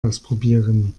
ausprobieren